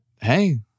hey